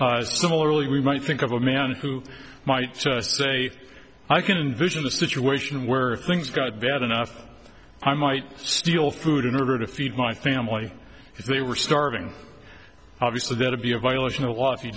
on similarly we might think of a man who might say i can envision a situation where things got bad enough i might steal food in order to feed my family if they were starving obviously that would be a violation of